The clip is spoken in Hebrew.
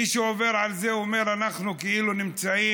מי שעובר על זה אומר: אנחנו כאילו נמצאים